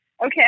Okay